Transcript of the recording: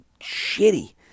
shitty